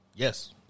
Yes